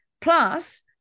plus